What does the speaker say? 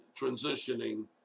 transitioning